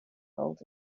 fault